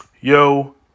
Yo